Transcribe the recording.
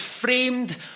framed